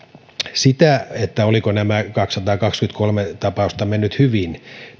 sitä olivatko nämä kaksisataakaksikymmentäkolme tapausta menneet hyvin